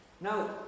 No